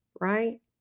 right